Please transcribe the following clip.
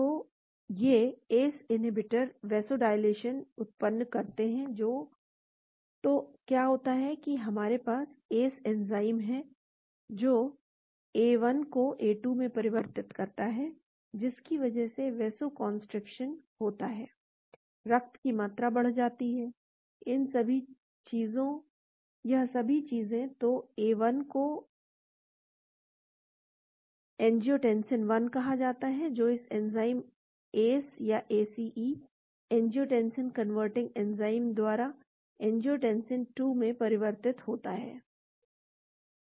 तो ये ACE inhibitor vasodilation उत्पन्न करते हैं तो क्या होता है की हमारे पास ACE एंजाइम है जो A1 को A2 में परिवर्तित करता है जिसकी वजह से वैसोकन्स्ट्रिक्शन होता है रक्त की मात्रा बढ़ जाती है यह सभी चीजें तो A1 को एंजियोटेंसिन 1 कहा जाता है जो इस enzyme ACE angiotensin converting enzyme द्वारा एंजियोटेंसिन 2 में परिवर्तित होता है